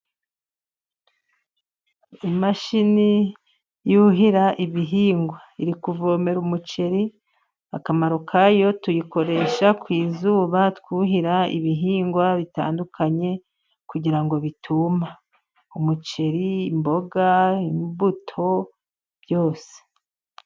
Imashini yuhira ibihingwa iri kuvomera umuceri. Akamaro kayo tuyikoresha ku zuba twuhira ibihingwa bitandukanye kugira ngo bituma umuceri ,imboga, imbuto byose.